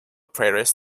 prairies